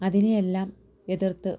അതിനെയെല്ലാം എതിർത്ത്